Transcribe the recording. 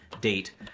date